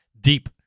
deep